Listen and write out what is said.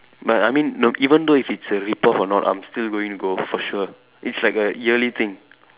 but I mean no even though if it's a rip off or not I'm still going to go for sure it's like a yearly thing